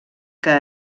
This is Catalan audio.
que